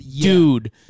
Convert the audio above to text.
Dude